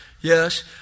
Yes